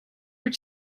your